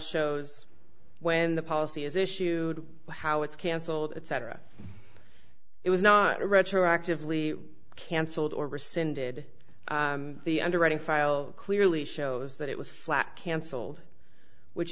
shows when the policy is issued how it's cancelled at cetera it was not retroactively cancelled or rescinded the underwriting file clearly shows that it was flat cancelled which